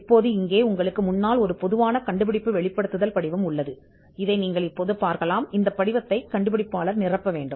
இப்போது இங்கே உங்களுக்கு முன்னால் ஒரு பொதுவான கண்டுபிடிப்பு வெளிப்படுத்தல் படிவம் உள்ளது இதை நீங்கள் இப்போது பார்க்கலாம் இப்போது இந்த படிவத்தை கண்டுபிடிப்பாளரால் நிரப்ப வேண்டும்